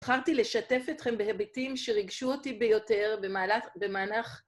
התחלתי לשתף אתכם בהיבטים שרגשו אותי ביותר במהלך...